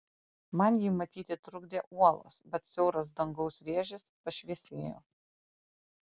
man jį matyti trukdė uolos bet siauras dangaus rėžis pašviesėjo